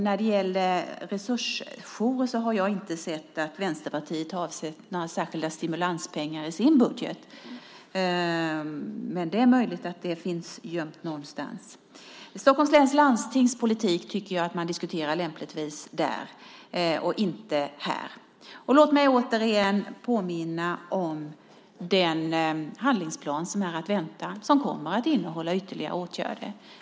När det gäller resursjourer har jag inte sett att Vänsterpartiet har avsatt några särskilda stimulanspengar i sin budget, men det är möjligt att det finns gömt någonstans. Stockholms läns landstings politik tycker jag att man diskuterar lämpligtvis där och inte här. Låt mig återigen påminna om den handlingsplan som är att vänta och som kommer att innehålla ytterligare åtgärder.